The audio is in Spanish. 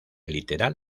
literal